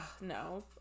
No